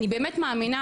אני באמת מאמינה,